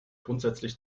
grundsätzlich